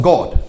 God